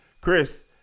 Chris